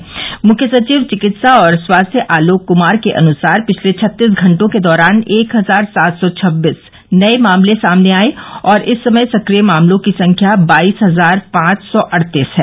प्रमुख सचिव चिकित्सा और स्वास्थ्य आलोक कुमार के अनुसार पिछले छत्तीस घंटों के दौरान एक हजार सात सों छब्बीस नये मामले सामने आये और इस समय सक्रिय मामलों की संख्या बाईस हजार पांच सौ अड़तीस है